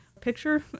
picture